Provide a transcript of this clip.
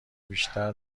بیشتر